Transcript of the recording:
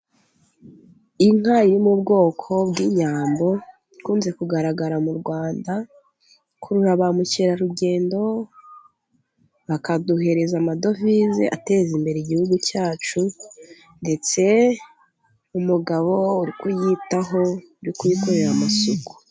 Inka iri mu bwoko bw'inyambo, ikunze kugaragara mu Rwanda ikurura bamukerarugendo bakaduhereza amadovize, ateza imbere igihugu cyacu ndetse umugabo uri kuyitaho uri kuyikorera amasuku.